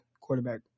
quarterback